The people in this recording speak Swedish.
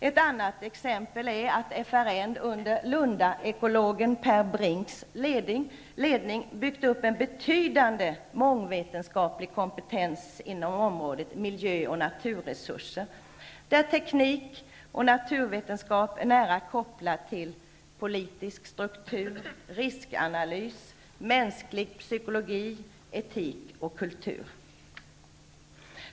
Ett annat exempel är att FRN under Lundaekologen Per Brincks ledning byggt upp en betydande mångvetenskaplig kompetens inom området miljö och naturresurser, där teknik och naturvetenskap är nära kopplade till politisk struktur, riskanalys, mänsklig psykologi, etik och kultur.